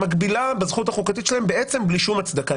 מגבילה בזכות החוקתית שלהם בלי שום הצדקה,